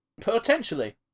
Potentially